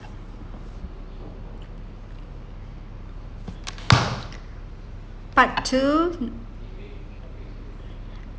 part two